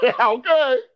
Okay